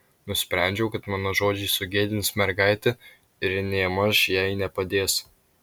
nusprendžiau kad mano žodžiai sugėdins mergaitę ir nėmaž jai nepadės